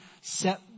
set